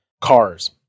cars